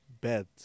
beds